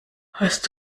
hast